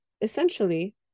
essentially